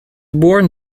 born